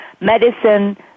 medicine